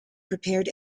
prepared